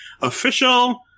official